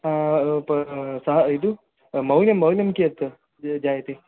प सा इदु मौल्यं मौल्यं कीयत् ज् जायते